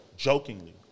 Jokingly